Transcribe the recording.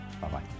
Bye-bye